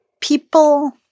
people